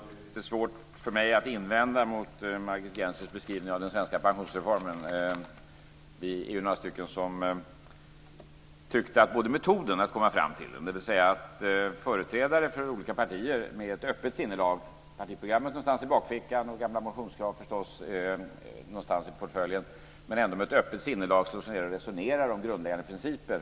Fru talman! Det är lite svårt för mig att invända mot Margit Gennsers beskrivning av den svenska pensionsreformen. Vi är ju några stycken som tyckte att det var en bra metod att komma fram till den. Företrädare för olika partier med ett öppet sinnelag, med partiprogrammet någonstans i bakfickan och gamla motionskrav i portföljen, slår sig ned och resonerar om grundläggande principer.